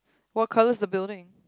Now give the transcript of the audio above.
what colour's the building